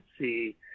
see